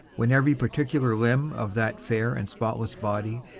when every particular limb of that fair and spotless body,